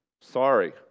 Sorry